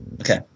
Okay